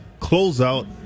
closeout